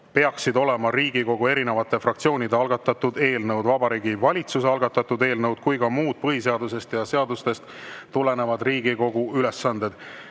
peaksid olema Riigikogu erinevate fraktsioonide algatatud eelnõud, Vabariigi Valitsuse algatatud eelnõud ning ka muud põhiseadusest ja seadustest tulenevad Riigikogu ülesanded.